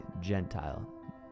Gentile